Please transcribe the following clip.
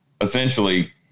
essentially